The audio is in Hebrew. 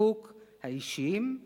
הסיפוק האישיים,